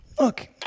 Look